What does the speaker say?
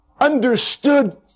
understood